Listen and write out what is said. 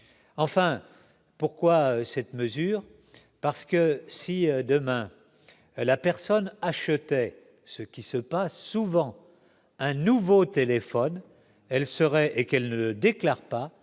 enfin pourquoi cette mesure parce que si demain la personne achetait ce qui se passe souvent un nouveau téléphone, elle serait et qu'elle ne déclare pas,